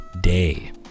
day